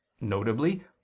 notably